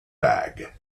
bag